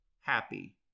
happy